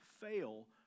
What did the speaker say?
fail